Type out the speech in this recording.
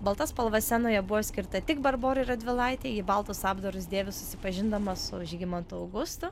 balta spalva scenoje buvo skirta tik barborai radvilaitei į baltus apdarus dėvi susipažindama su žygimantu augustu